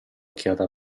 occhiata